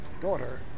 daughter